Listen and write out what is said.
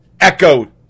echo